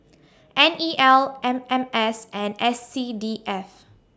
N E L M M S and S C D F